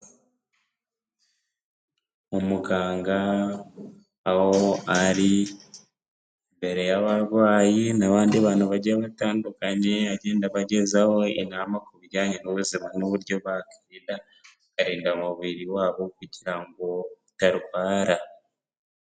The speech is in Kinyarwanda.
Umuganga aho ari imbere y'abarwayi n'abandi bantu bagiye batandukanye, agenda abagezaho inama ku bijyanye n'ubuzima n'uburyo bakirinda, bakarinda umubiri wabo kugira ngo utarwara.